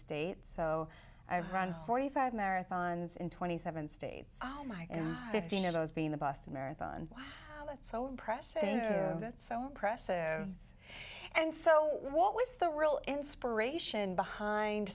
state so i've run forty five marathons in twenty seven states oh my fifteen of those being the boston marathon was so impressive and so impressive and so what was the real inspiration behind